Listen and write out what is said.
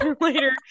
later